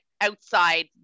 outside